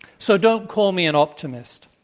so, don't call me an optimist.